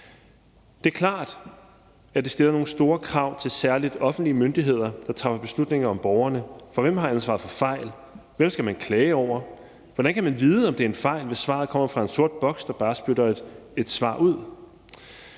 Det er klart, at det stiller nogle store krav til særlig offentlige myndigheder, der træffer beslutninger om borgerne, for hvem har ansvaret for fejl? Hvem skal man klage over? Hvordan kan man vide, om det er en fejl, hvis svaret kommer fra en sort boks, der bare spytter et svar ud?